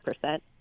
percent